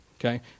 Okay